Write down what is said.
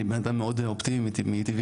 אני בן אדם מאוד אופטימי מטבעי,